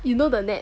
you know the net